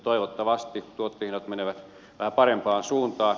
toivottavasti tuottajahinnat menevät vähän parempaan suuntaan